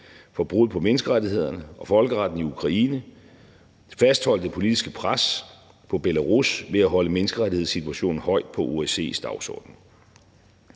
for brud på menneskerettighederne og folkeretten i Ukraine og fastholde det politiske pres på Belarus ved at holde menneskerettighedssituationen højt på OSCE's dagsorden.